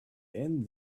end